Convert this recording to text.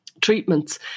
treatments